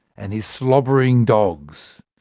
and his slobbering dogs.